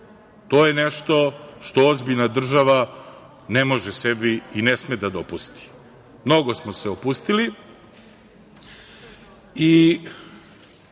To je nešto što ozbiljna država ne može sebi i ne sme da dopusti. Mnogo smo se opustili. Ja